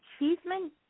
achievement